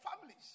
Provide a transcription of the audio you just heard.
families